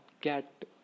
get